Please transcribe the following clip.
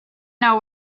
know